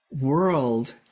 world